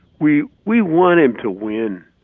we we want him to win.